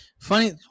funny